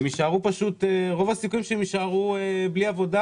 יישארו בלי עבודה.